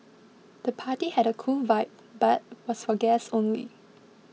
the party had a cool vibe but was for guests only